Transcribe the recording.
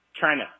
China